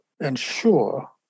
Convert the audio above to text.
ensure